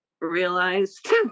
realized